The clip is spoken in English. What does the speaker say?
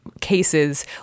cases